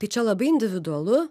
tai čia labai individualu